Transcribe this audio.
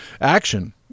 action